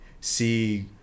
see